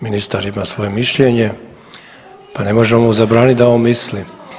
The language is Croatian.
Ministar ima svoje mišljenje, pa ne možemo mu zabraniti da on misli.